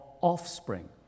offspring